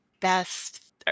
best